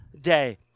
day